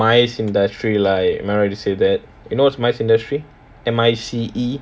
orh you mean the mice industry lah am I right to say that you know what's mice industry M_I_C_E